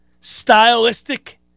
stylistic